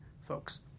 folks